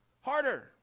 harder